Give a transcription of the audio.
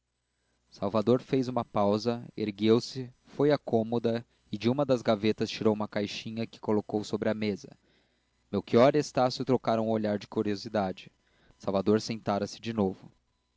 salvador fez uma pausa ergueu-se foi à cômoda e de uma das gavetas tirou uma caixinha que colocou sobre a mesa melchior e estácio trocaram um olhar de curiosidade salvador sentara-se de novo